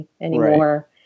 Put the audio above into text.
anymore